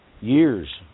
years